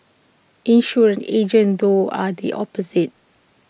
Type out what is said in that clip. insurance agents though are the opposite